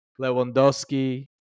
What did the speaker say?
Lewandowski